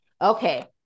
Okay